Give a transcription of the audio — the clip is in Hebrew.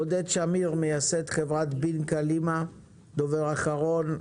עודד שמיר, מייסד חברת בינג קלימה, דובר האחרון.